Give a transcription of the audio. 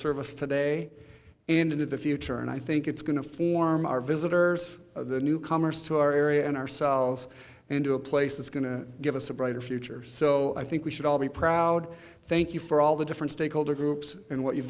us today and into the future and i think it's going to form our visitors the newcomers to our area and ourselves into a place that's going to give us a brighter future so i think we should all be proud thank you for all the different stakeholder groups and what you've